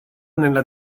nella